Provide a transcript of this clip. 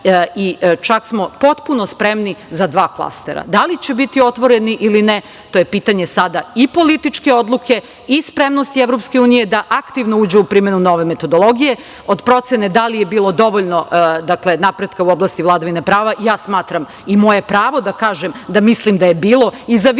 čak smo potpuno spremni za dva klastera. Da li će biti otvoreni ili ne, to je pitanje sada i političke odluke i spremnosti EU da aktivno uđe u primenu nove metodologije, od procene da li je bilo dovoljno napretka u oblasti vladavine prava. Ja smatram i moje je pravo da kažem da mislim da je bilo i za više